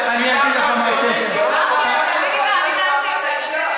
גם זה שקר.